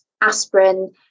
aspirin